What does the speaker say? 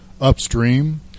upstream